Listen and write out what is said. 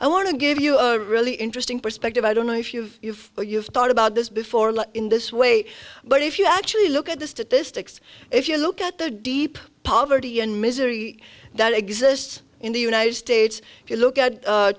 i want to give you a really interesting perspective i don't know if you've you've you've thought about this before in this way but if you actually look at the statistics if you look at the deep poverty and misery that exists in the united states if you look at